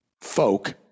folk